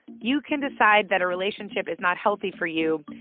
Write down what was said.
you can decide that a relationship is not healthy for you,